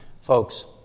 Folks